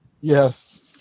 Yes